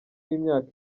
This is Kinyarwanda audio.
y’imyaka